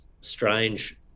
strange